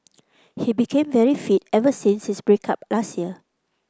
he became very fit ever since his break up last year